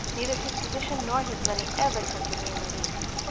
neither his position nor his money ever tempted me in the least.